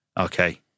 Okay